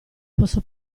posso